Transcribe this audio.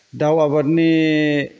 दाव आबादनि